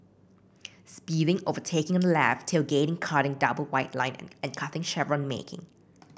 speeding overtaking on the left tailgating cutting double white line and cutting chevron marking